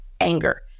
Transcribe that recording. anger